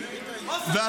חצוף.